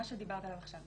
מה שדיברת עליו עכשיו,